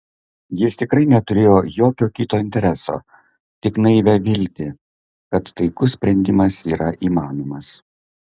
jis tikrai neturėjo jokio kito intereso tik naivią viltį kad taikus sprendimas yra įmanomas